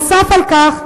נוסף על כך,